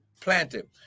planted